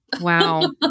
Wow